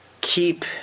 keep